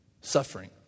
suffering